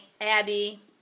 Abby